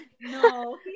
no